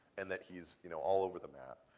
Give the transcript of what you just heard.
and that he is, you know, all over the map.